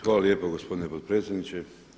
Hvala lijepo gospodine potpredsjedniče.